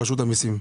רשות המיסים.